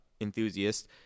enthusiast